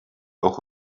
auch